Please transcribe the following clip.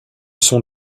sont